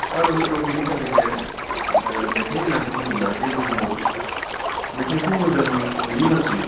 आरो हयथ' बिनि थाखायनो मेथाइ होननानै बुङोब्ला बे बुहुमाव मेथाइखौ मोजां मोनि मानसि